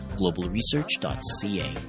globalresearch.ca